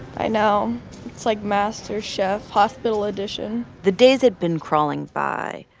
i know. it's like masterchef hospital edition the days had been crawling by,